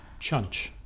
Chunch